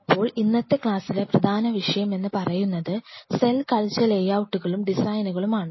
അപ്പോൾ ഇന്നത്തെ ക്ലാസ്സിലെ പ്രധാന വിഷയം എന്ന് പറയുന്നത് സെൽ കൾച്ചർ ലേയൌട്ട്കളും ഡിസൈനുകളും ആണ്